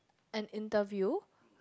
an interview